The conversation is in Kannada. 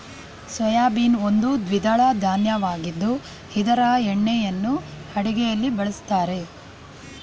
ಸೋಯಾಬೀನ್ ಒಂದು ದ್ವಿದಳ ಧಾನ್ಯವಾಗಿದ್ದು ಇದರ ಎಣ್ಣೆಯನ್ನು ಅಡುಗೆಯಲ್ಲಿ ಬಳ್ಸತ್ತರೆ